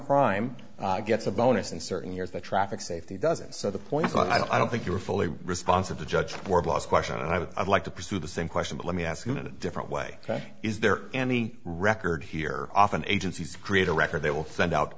crime gets a bonus in certain years the traffic safety doesn't so the point is i don't think you are fully responsive to judge or last question and i would like to pursue the same question but let me ask you in a different way ok is there any record here often agencies create a record they will send out